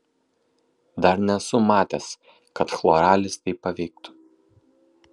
dar nesu matęs kad chloralis taip paveiktų